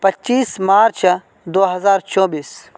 پچیس مارچ دو ہزار چوبیس